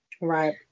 right